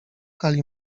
kali